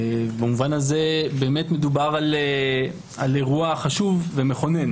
במובן הזה, באמת מדובר באירוע חשוב ומכונן.